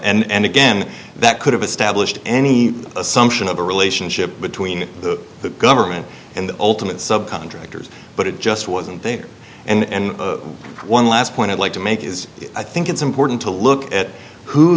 there and again that could have established any assumption of a relationship between the government and the ultimate subcontractors but it just wasn't there and one last point i'd like to make is i think it's important to look at who